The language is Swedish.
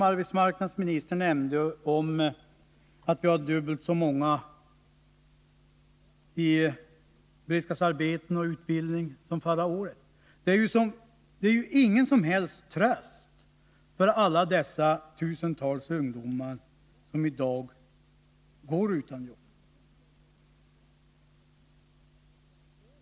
Arbetsmarknadsministern nämnde att vi i år har dubbelt så många i beredskapsarbeten och utbildning som förra året. Det är ingen som helst tröst för alla dessa tusentals ungdomar som i dag går utan jobb.